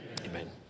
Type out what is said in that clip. Amen